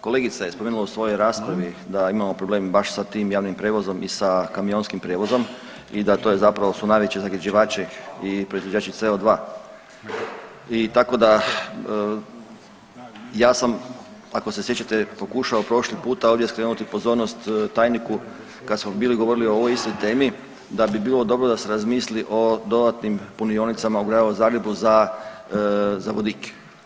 Kolegica je spomenula u svojoj raspravi da imamo problem baš sa tim javnim prijevozom i sa kamionskim prijevozom i da to zapravo su najveći zagađivači i proizvođači CO2 i tako da ja sam ako se sjećate pokušao prošli puta ovdje skrenuti pozornost tajniku kada smo bili govorili o ovoj istoj temi da bi bilo dobro da se razmisli i dodatnim punionicama u Gradu Zagrebu za vodik.